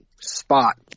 spot